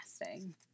interesting